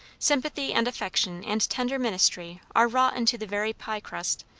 sympathy and affection and tender ministry are wrought into the very pie-crust,